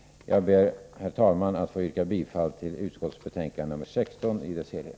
Jag ber, herr talman, att få yrka bifall till hemställan i dess helhet i socialutskottets betänkande nr 16.